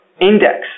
index